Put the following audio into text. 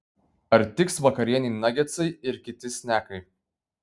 ar tiks vakarienei nagetsai ir kiti snekai